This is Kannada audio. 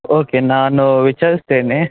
ಓಕೆ ನಾನು ವಿಚಾರಿಸ್ತೇನೆ